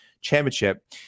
championship